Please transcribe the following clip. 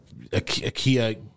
Akia